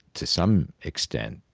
to some extent,